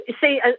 See